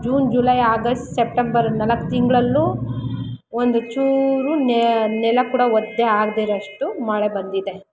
June July August September ನಾಲ್ಕು ತಿಂಗಳಲ್ಲೂ ಒಂದು ಚೂರು ನೆಲ ಕೂಡ ಒದ್ದೆಯಾಗ್ದಿರೋಷ್ಟು ಮಳೆ ಬಂದಿದೆ